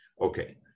Okay